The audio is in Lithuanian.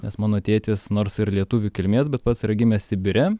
nes mano tėtis nors ir lietuvių kilmės bet pats yra gimęs sibire